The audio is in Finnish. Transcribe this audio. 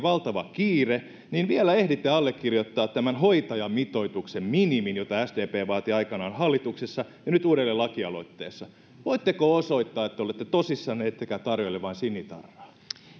valtava kiire niin vielä ehditte allekirjoittaa hoitajamitoituksen minimin jota sdp vaati aikoinaan hallituksessa ja nyt uudelleen lakialoitteessa voitteko osoittaa että te olette tosissanne ettekä tarjoile vain sinitarraa